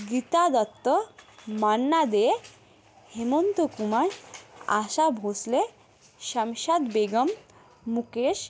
Gita Dutt Manna Dey Hemant Kumar Asha Bhosle Shamshad Begum Mukesh